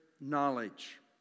knowledge